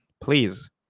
Please